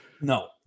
No